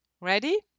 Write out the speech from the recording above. Ready